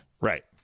Right